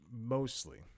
mostly